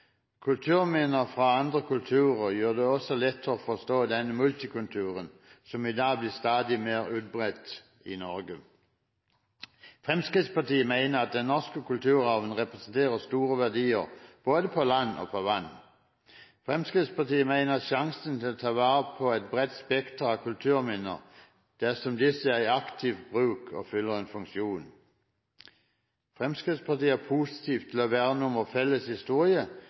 Kulturminner fra andre kulturer gjør det også lettere å forstå den multikulturen som i dag blir stadig mer utbredt i Norge. Fremskrittspartiet mener den norske kulturarven representerer store verdier både på land og på vann. Fremskrittspartiet mener at sjansen for å ta vare på et bredt spekter av kulturminner, er større dersom disse er i aktiv bruk og fyller en funksjon. Fremskrittspartiet er positive til å verne om vår felles historie,